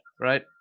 right